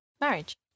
marriage